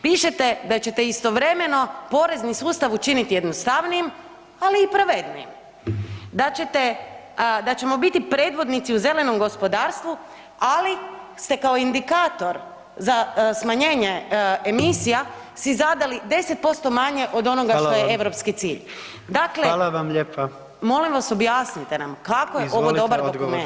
Pišete da ćete istovremeno porezni sustav učiniti jednostavnijim ali i pravednijim, da ćemo biti predvodnici u zelenom gospodarstvu ali ste kao indikator za smanjenje emisija si zadali 10% manje od onoga što je europski cilj [[Upadica predsjednik: Hvala vam.]] Dakle, molim vas objasnite nam kako je ovo dobar dokument?